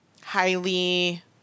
highly